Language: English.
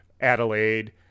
Adelaide